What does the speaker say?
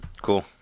cool